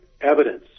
evidence